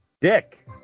Dick